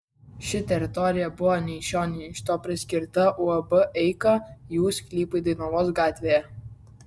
ši teritorija buvo nei iš šio nei iš to priskirta uab eika jų sklypui dainavos gatvėje